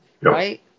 right